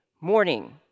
morning